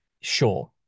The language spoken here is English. Sure